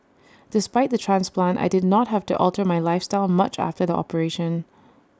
despite the transplant I did not have to alter my lifestyle much after the operation